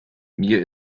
mir